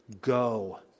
go